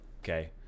okay